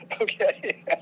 okay